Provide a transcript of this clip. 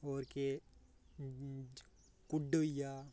होर केह् कुड्ढ होई गेआ